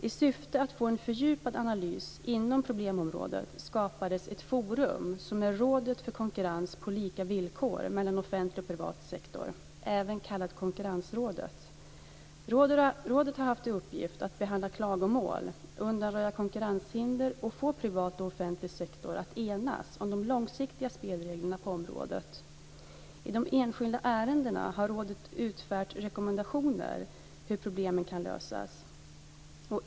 I syfte att få en fördjupad analys inom problemområdet skapades ett forum, nämligen Rådet för konkurrens på lika villkor mellan offentlig och privat sektor, även kallat Konkurrensrådet. Rådet har haft till uppgift att behandla klagomål, undanröja konkurrenshinder och få privat och offentlig sektor att enas om de långsiktiga spelreglerna på området. I de enskilda ärendena har rådet utfärdat rekommendationer för hur problemen kan lösas.